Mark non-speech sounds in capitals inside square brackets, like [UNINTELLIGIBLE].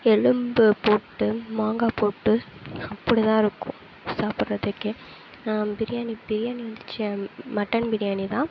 எலும்பு போட்டு மங்காய் போட்டு அப்படிதான் இருக்கும் சாப்பிடுறதுக்கே பிரியாணி பிரியாணி [UNINTELLIGIBLE] மட்டன் பிரியாணி தான்